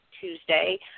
Tuesday